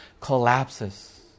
collapses